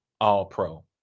All-Pro